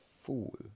fool